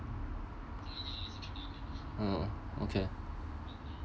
oh okay